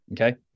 Okay